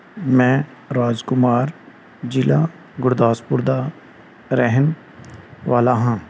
ਮੈਂ ਰਾਜਕੁਮਾਰ ਜ਼ਿਲ੍ਹਾ ਗੁਰਦਾਸਪੁਰ ਦਾ ਰਹਿਣ ਵਾਲਾ ਹਾਂ